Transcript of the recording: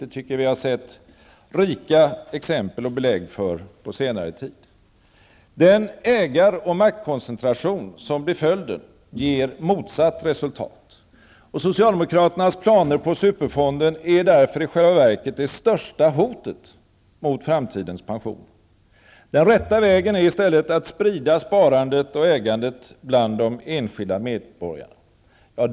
Det har vi sett rika exempel och belägg för på senare tid. Den ägar och maktkoncentration som blir följden ger motsatt resultat. Socialdemokraternas planer på superfonder är därför i själva verket det största hotet mot framtidens pensioner. Den rätta vägen är i stället att sprida sparandet och ägandet bland de enskilda medborgarna.